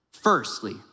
firstly